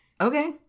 Okay